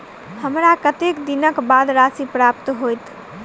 हमरा कत्तेक दिनक बाद राशि प्राप्त होइत?